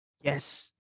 Yes